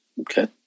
okay